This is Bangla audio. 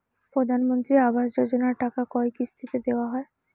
প্রধানমন্ত্রী আবাস যোজনার টাকা কয় কিস্তিতে দেওয়া হয়?